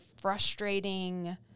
frustrating